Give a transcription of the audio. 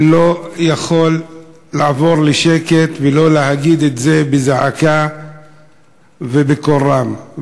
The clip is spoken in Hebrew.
לא יכול לעבור על זה בשקט ולא להגיד את זה בזעקה ובקול רם,